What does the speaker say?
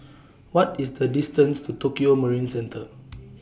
What IS The distance to Tokio Marine Centre